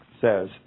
says